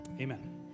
Amen